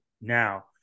now